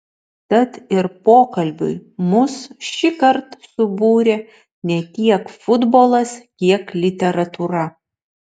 tad ir pokalbiui mus šįkart subūrė ne tiek futbolas kiek literatūra